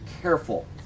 careful